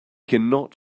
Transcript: cannot